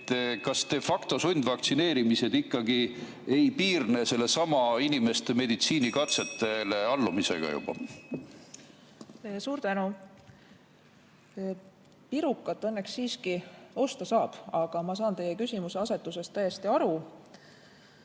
Kasde factosundvaktsineerimised ikkagi ei piirne sellesama inimeste meditsiinikatsetele allutamisega? Suur tänu! Pirukat osta õnneks siiski saab, aga ma saan teie küsimuse asetusest täiesti aru.